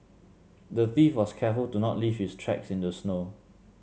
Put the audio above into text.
the thief was careful to not leave his tracks in the snow